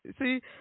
see